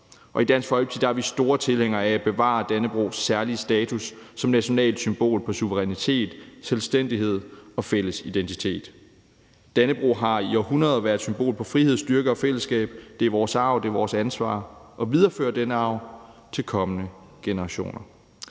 I Dansk Folkeparti er vi store tilhængere af at bevare Dannebrogs særlige status som nationalt symbol på suverænitet, selvstændighed og fælles identitet. Dannebrog har i århundreder været et symbol på frihed, styrke og fællesskab. Det er vores arv, og det er vores ansvar at videreføre denne arv til kommende generationer.